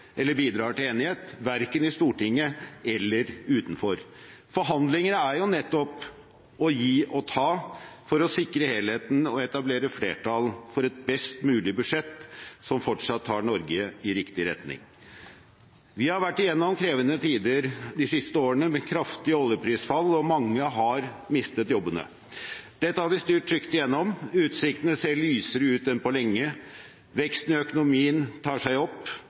eller bidrar til enighet, verken i Stortinget eller utenfor. Forhandlinger er nettopp å gi og ta for å sikre helheten og etablere flertall for et best mulig budsjett som fortsatt tar Norge i riktig retning. Vi har vært gjennom krevende tider de siste årene med kraftig oljeprisfall, og mange har mistet jobben. Dette har vi styrt trygt gjennom. Utsiktene er lysere enn på lenge: Veksten i økonomien tar seg opp,